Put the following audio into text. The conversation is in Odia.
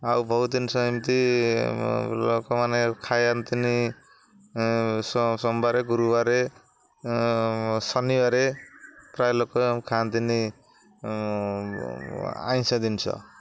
ଆଉ ବହୁତ ଜିନିଷ ଏମିତି ଲୋକମାନେ ଖାଇଆନ୍ତିନି ସୋମବାର ଗୁରୁବାର ଶନିବାର ପ୍ରାୟ ଲୋକ ଖାଆନ୍ତିନି ଆଇଁଷ ଜିନିଷ